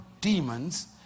demons